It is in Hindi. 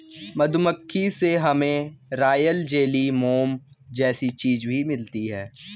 मधुमक्खी से हमे रॉयल जेली, मोम जैसी चीजे भी मिलती है